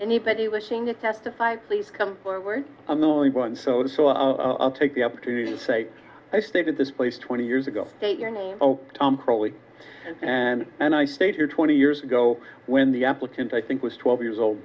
anybody wishing to testify please come forward i'm the only one so so i'll take the opportunity to say i stated this place twenty years ago state your name probably and and i stayed here twenty years ago when the applicant i think was twelve years old